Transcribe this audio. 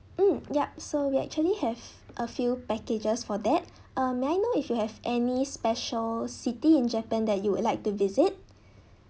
mm yup so we actually have a few packages for that um may I know if you have any special city in japan that you would like to visit